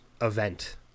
event